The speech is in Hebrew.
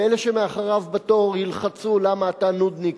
ואלה שאחריו בתור ילחצו: למה אתה נודניק,